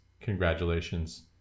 congratulations